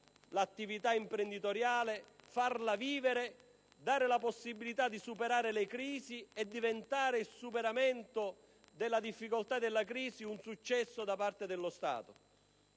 l'attività imprenditoriale, farla vivere, darle la possibilità di superare le crisi e fare in modo che il superamento della crisi diventi un successo da parte dello Stato.